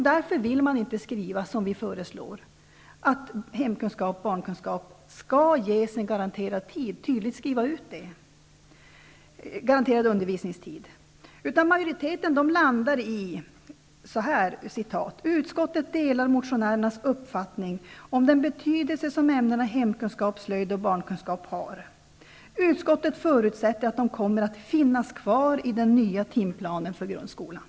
Därför vill man inte tydligt skriva som vi föreslår, nämligen att hemkunskap, barnkunskap och slöjd skall ges en garanterad undervisningstid. Majoriteten landar i att ''Utskottet delar motionärernas uppfattning om den betydelse som ämnena hemkunskap, slöjd och barnkunskap har. Utskottet förutsätter att de kommer att finnas kvar i den nya timplanen för grundskolan.''